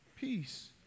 peace